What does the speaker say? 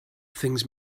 things